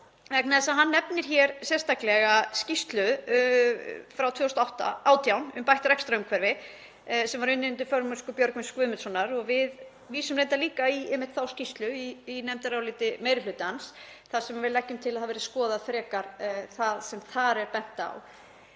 vegna þess að hann nefnir hér sérstaklega skýrslu frá 2018 um bætt rekstrarumhverfi, sem var unnin undir formennsku Björgvins Guðmundssonar, og við vísum reyndar líka í einmitt þá skýrslu í nefndaráliti meiri hlutans þar sem við leggjum til að skoðað verði frekar það sem þar er bent á.